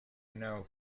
know